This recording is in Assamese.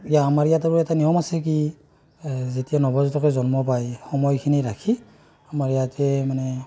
ইয়া আমাৰ ইয়াত আৰু এটা নিয়ম আছে কি যেতিয়া নৱজাতকে জন্ম পায় সময়খিনি ৰাখি আমাৰ ইয়াতে মানে